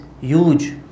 huge